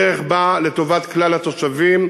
הדרך באה לטובת כלל התושבים,